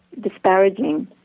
disparaging